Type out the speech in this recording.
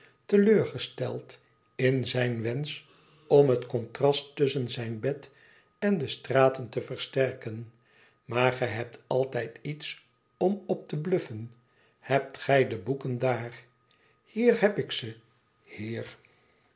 te leur gesteld in zijn wensch om het contrast tusschen zijn bed en de straten te versterken tmaar gij hebt altijd iets om op te bluffen hebt gij de boeken daar hier heb ik ze heer